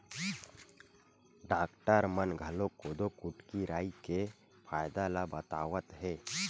doctor मन घलोक कोदो, कुटकी, राई के फायदा ल बतावत हे